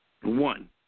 one